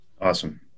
Awesome